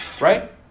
Right